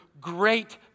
great